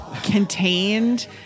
Contained